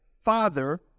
father